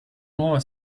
nuova